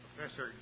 Professor